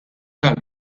tal